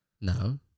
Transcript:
No